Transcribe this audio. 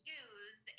use